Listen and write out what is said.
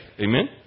Amen